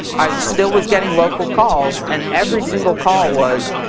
i still was getting local calls and every single call was,